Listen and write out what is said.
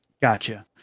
Gotcha